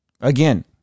Again